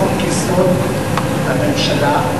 חוק-יסוד: הממשלה,